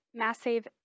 MassSave